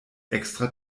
extra